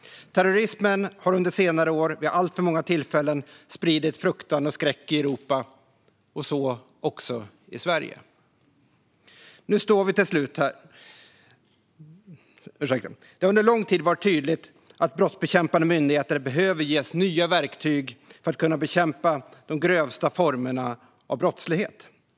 Terrorismen har under senare år vid alltför många tillfällen spridit fruktan och skräck i Europa. Så också i Sverige. Det har under lång tid varit tydligt att brottsbekämpande myndigheter behöver ges nya verktyg för att kunna bekämpa de grövsta formerna av brottslighet.